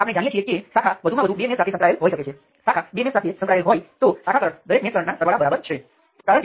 દેખીતી રીતે તે કિસ્સામાં લૂપ વિશ્લેષણ દર્શાવે છે કે તમારી પાસે એક લૂપ છે અને લૂપના દરેક ઘટકમાંથી સમાન કરંટ વહે છે